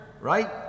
right